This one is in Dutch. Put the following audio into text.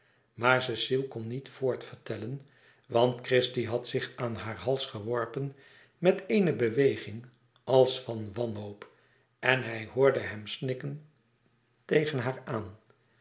maar cecile kon niet voort vertellen want christie had zich aan haar hals geworpen met eene beweging als van wanhoop en zij hoorde hem snikken tegen haar aan